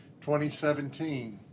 2017